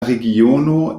regiono